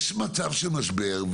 יש מצב של משבר,